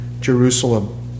Jerusalem